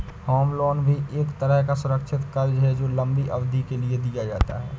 home loan भी एक तरह का सुरक्षित कर्ज है जो लम्बी अवधि के लिए दिया जाता है